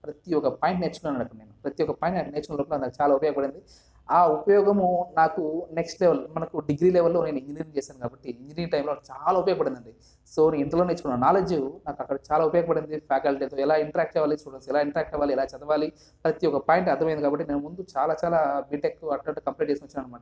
ప్రతి ఒక పాయింట్ నేర్చుకున్నాను అక్కడ ప్రతి ఒక్క పాయింట్ నేర్చుకున్నాం నాకు చాలా ఉపయోగపడింది ఆ ఉపయోగము నాకు నెక్స్ట్ లెవెల్ మనకు డిగ్రీ లెవెల్లో నేను ఇంజనీరింగ్ చేశాను కాబట్టి ఇంజనీరింగ్ టైంలో చాలా ఉపయోగపడింది సో నేను ఇందులో నేర్చుకున్న నాలెడ్జ్ నాకు అక్కడ చాలా ఉపయోగపడింది ఫ్యాకల్టీతో ఎలా ఇంట్రాక్ట్ అవ్వాలి స్టూడెంట్స్తో ఎలా ఇంట్రాక్ట్ అవ్వాలి ఎలా చదవాలి ప్రతి ఒక పాయింట్ అర్థమైంది కాబట్టి నేను ముందు చాలా చాలా బీటెక్ అటట్టు కంప్లీట్ చేసుకొని వచ్చాను అనమాట